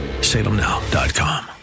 Salemnow.com